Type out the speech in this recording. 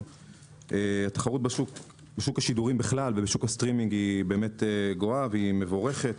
התחרות בשוק השידורים בכלל ובשוק הסטרימינג היא באמת גואה ומבורכת.